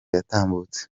yatambutse